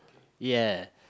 ya